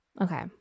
Okay